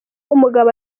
umugabo